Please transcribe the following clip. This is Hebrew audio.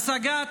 השגת